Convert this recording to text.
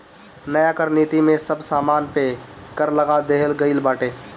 नया कर नीति में सब सामान पे कर लगा देहल गइल बाटे